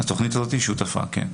בתכנית הזאת היא שותפה, כן.